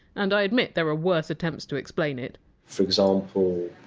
and i admit, there are worse attempts to explain it for example,